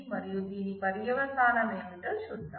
మరి దీని పర్యవసానం ఏమిటో చూద్దాం